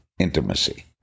Intimacy